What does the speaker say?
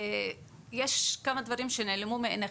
יש כמה דברים שנעלמו מעיניכם.